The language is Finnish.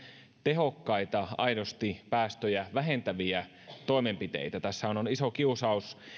tehokkaita aidosti päästöjä vähentäviä toimenpiteitä tässähän on tietysti iso kiusaus